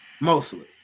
mostly